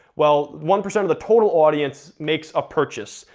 well, one percent of the total audience makes a purchase,